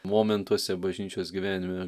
momentuose bažnyčios gyvenime